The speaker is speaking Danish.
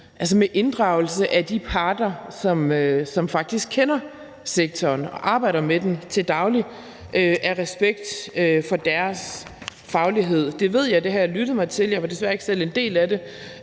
sker med inddragelse af de parter, som faktisk kender sektoren og arbejder med den til daglig, af respekt for deres faglighed. Jeg ved, for jeg har lyttet mig til det, men jeg var desværre ikke selv en del af det,